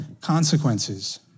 consequences